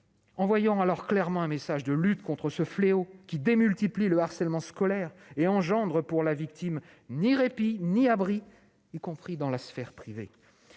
envoyons clairement un message de lutte contre ce fléau qui amplifie le harcèlement scolaire et ne laisse à la victime ni répit ni abri, pas même dans la sphère privée.